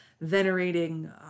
venerating